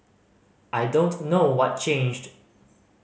I don't know what changed